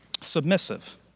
submissive